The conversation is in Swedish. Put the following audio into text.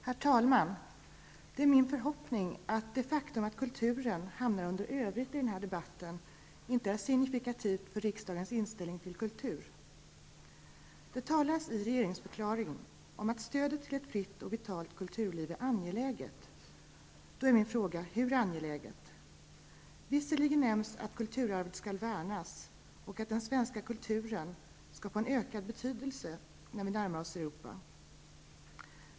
Herr talman! Det är min förhoppning att det faktum att kulturen hamnar under rubriken övrigt i den här debatten inte är signifikativt för riksdagens inställning till kultur. Det talas i regeringsförklaringen om att stödet till ett fritt och vitalt kulturliv är angeläget. Då är min fråga: Hur angeläget? Visserligen nämns att kulturarvet skall värnas och att den svenska kulturen får ökad betydelse när vi närmar oss Europa.